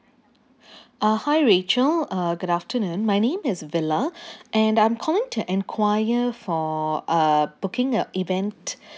uh hi rachel uh good afternoon my name is vila and I'm calling to enquire for uh booking a event